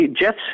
Jeff